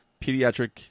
Pediatric